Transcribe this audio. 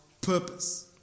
purpose